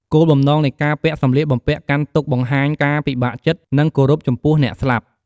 គោលបំណងនៃការពាក់សម្លៀកបំពាក់កាន់ទុក្ខបង្ហាញការពិបាកចិត្ត និងគោរពចំពោះអ្នកស្លាប់។